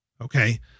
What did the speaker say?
Okay